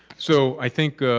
so i think